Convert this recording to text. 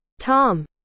Tom